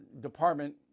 Department